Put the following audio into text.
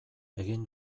egin